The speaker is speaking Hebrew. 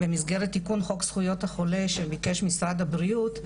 במסגרת תיקון חוק זכויות החולה שביקש משרד הבריאות,